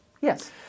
Yes